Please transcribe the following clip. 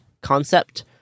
concept